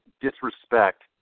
disrespect